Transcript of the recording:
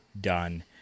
done